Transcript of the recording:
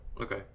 Okay